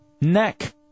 Neck